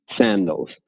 sandals